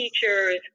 teachers